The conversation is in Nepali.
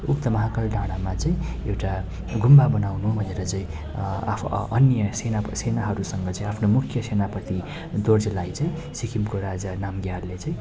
उक्त महाकाल डाँडामा चाहिँ एउटा गुम्बा बनाउनु भनेर चाहिँ अन्य सेनाहरूसँग चाहिँ आफ्नो मुख्य सेनापति दोर्जेलाई चाहिँ सिक्किमको राजा नामग्यालले चाहिँ